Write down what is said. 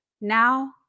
now